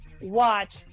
watch